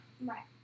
Right